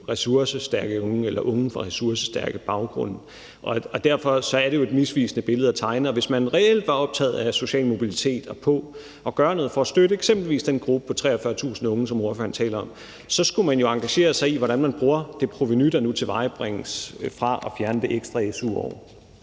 ressourcestærke unge eller unge med ressourcestærk baggrund. Derfor er det jo et misvisende billede at tegne, og hvis man reelt var optaget af social mobilitet og af at gøre noget for at støtte eksempelvis den gruppe af 43.000 unge, som ordføreren taler om, så skulle man jo engagere sig i, hvordan man bruger det provenu, der nu tilvejebringes ved at fjerne det ekstra su-år.